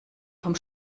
vom